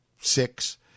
six